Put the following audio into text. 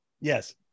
yes